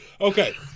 Okay